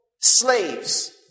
slaves